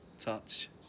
touch